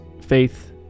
Faith